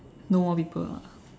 no more people ah